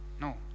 no